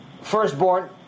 firstborn